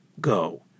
go